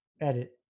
edit